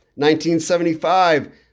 1975